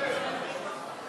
הרכב (תיקון),